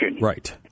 Right